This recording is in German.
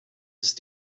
ist